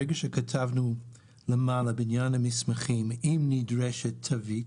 ברגע שכתבנו למעלה בעניין המסמכים אם נדרשת תווית,